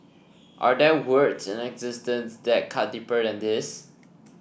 are there words in existence that cut deeper than these